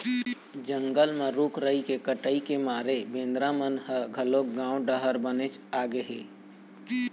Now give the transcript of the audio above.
जंगल म रूख राई के कटई के मारे बेंदरा मन ह घलोक गाँव डहर बनेच आगे हे